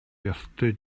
ёстой